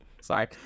Sorry